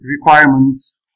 requirements